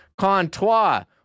Contois